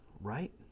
Right